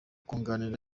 kunganirana